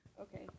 Okay